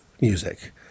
music